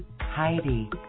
Heidi